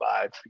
five